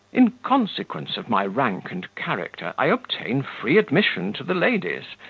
in consequence of my rank and character, i obtain free admission to the ladies,